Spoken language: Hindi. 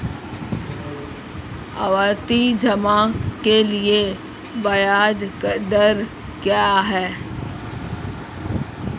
आवर्ती जमा के लिए ब्याज दर क्या है?